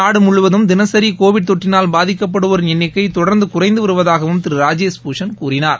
நாடு முழுவதும் தினசரி கோவிட் தொற்றினால் பாதிக்கப்படுவோரின் எண்ணிக்கை தொடர்ந்து குறைந்து வருவதாகவும் திரு ராஜேஷ் பூஷண் கூறினார்